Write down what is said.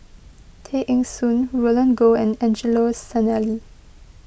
Tay Eng Soon Roland Goh and Angelo Sanelli